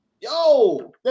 Yo